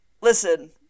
listen